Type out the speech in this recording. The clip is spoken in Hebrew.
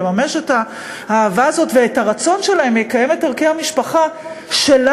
לממש את האהבה הזאת ואת הרצון שלהם לקיים את ערכי המשפחה שלנו,